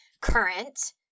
current